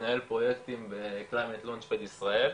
מנהל פרוייקטים Climate Launchpad ישראל.